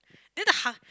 then the ha